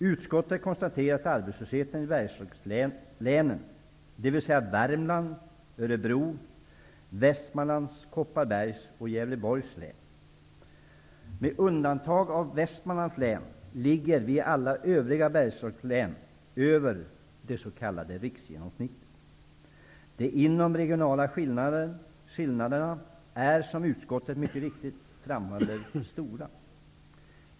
Utskottet konstaterar att arbetslösheten i Bergslagslänen -- dvs. Värmlands Örebro, Kopparbergs och Gävleborgs län -- har ökat. Med undantag av Västmanlands län ligger alla övriga Bergslagslänen över det s.k. riksgenomsnittet. De inomregionala skillnaderna är stora, som utskottet mycket riktigt framhåller.